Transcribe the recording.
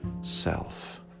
self